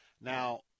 Now